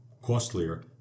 costlier